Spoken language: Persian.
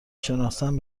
شناسم